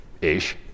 Ish